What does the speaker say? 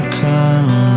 come